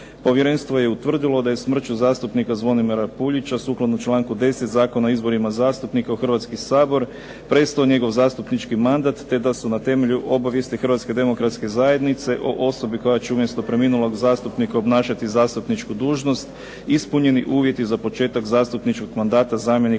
Povjerenstvo je utvrdilo da je smrću zastupnika Zvonimira Puljića sukladno članku 10. Zakona o izborima zastupnika u Hrvatski sabor prestao njegov njegov zastupnički mandat, te da su na temelju obavijesti Hrvatske demokratske zajednice o osobi koja će umjesto preminulog zastupnika obnašati zastupničku dužnost, ispunjeni uvjeti za početak zastupničkog mandata zamjenika